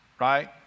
right